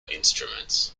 instruments